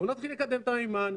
בואו נתחיל לקדם את המימן,